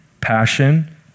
passion